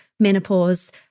menopause